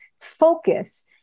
focus